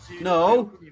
No